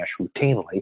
routinely